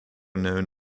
known